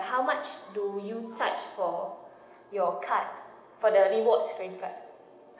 how much do you charge for your card for the rewards credit card